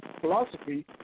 philosophy